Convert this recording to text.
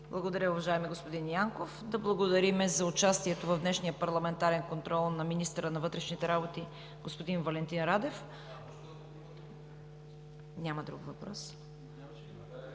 Благодаря, уважаеми господин Янков. Да благодарим за участието в днешния парламентарен контрол на министъра на вътрешните работи господин Валентин Радев. Няма друг въпрос.